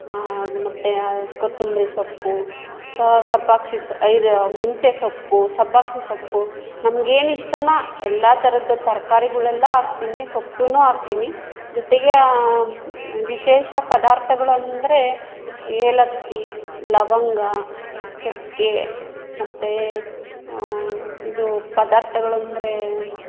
ಮತ್ತು ಕೊತ್ತಂಬ್ರಿ ಸೊಪ್ಪು ಸಬ್ಬಸ್ಗೆ ಇದು ಮೆಂತೆ ಸೊಪ್ಪು ಸಬ್ಬಸ್ಗೆ ಸೊಪ್ಪು ನಮ್ಗೇನು ಇಷ್ಟನೋ ಎಲ್ಲ ಥರದ ತರ್ಕಾರಿಗಳೆಲ್ಲ ಹಾಕ್ತೀನಿ ಸೊಪ್ಪುನೂ ಹಾಕ್ತೀನಿ ಜೊತೆಗೆ ವಿಶೇಷ ಪದಾರ್ಥಗಳು ಅಂದರೆ ಏಲಕ್ಕಿ ಲವಂಗ ಚಕ್ಕೆ ಮತ್ತು ಇದು ಪದಾರ್ಥಗಳಂದರೆ